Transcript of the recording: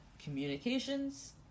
communications